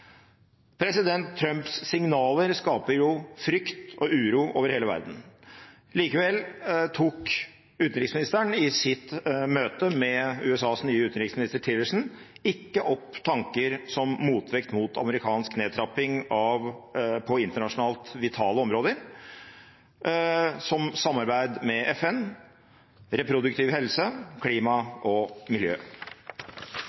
President Trumps signaler skaper frykt og uro over hele verden. Likevel tok utenriksministeren i sitt møte med USAs nye utenriksminister, Tillerson, ikke opp tanker – som motvekt mot amerikansk nedtrapping på internasjonalt vitale områder – som samarbeid med FN, reproduktiv helse, klima